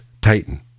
Titan